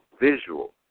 visual